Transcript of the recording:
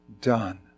done